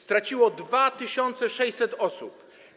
Straciło ją 2600 osób.